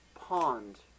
pond